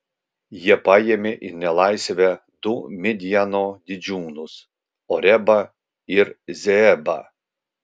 jie paėmė į nelaisvę du midjano didžiūnus orebą ir zeebą